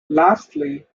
lastly